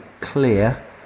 clear